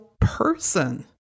person